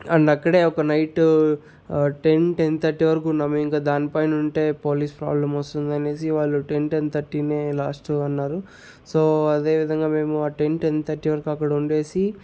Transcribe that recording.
and అక్కడే ఒక night ten ten thirty వరకు ఉన్నాము ఇంక దాని పైన ఉంటే పోలీస్ ప్రాబ్లమోస్తుందనేసి వాళ్లు టెన్ టెన్ థర్టీ నే లాస్ట్ అన్నారు సో అదే విధంగా మేము ఆ టెన్ టెన్ థర్టీ వరకు అక్కడ ఉండేసి